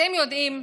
אתם יודעים,